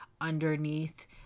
underneath